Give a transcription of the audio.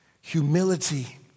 humility